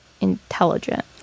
intelligent